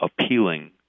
appealing